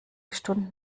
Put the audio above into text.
stunden